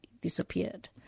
disappeared